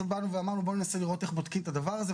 באנו ואמרנו בואו ננסה לראות איך בודקים את הדבר הזה.